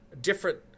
different